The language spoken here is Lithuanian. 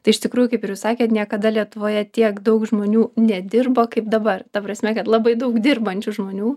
tai iš tikrųjų kaip ir jūs sakėt niekada lietuvoje tiek daug žmonių nedirbo kaip dabar ta prasme kad labai daug dirbančių žmonių